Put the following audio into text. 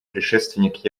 предшественник